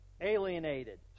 alienated